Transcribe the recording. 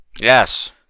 Yes